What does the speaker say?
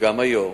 וגם היום.